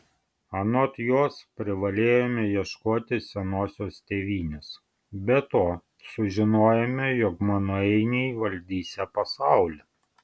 anot jos privalėjome ieškoti senosios tėvynės be to sužinojome jog mano ainiai valdysią pasaulį